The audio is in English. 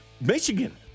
Michigan